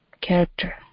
character